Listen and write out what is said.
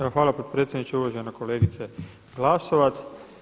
Evo hvala potpredsjedniče, uvažena kolegice Glasovac.